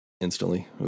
instantly